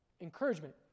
encouragement